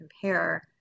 compare